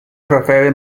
cratere